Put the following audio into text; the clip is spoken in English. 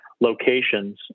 locations